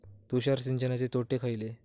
तुषार सिंचनाचे तोटे खयले?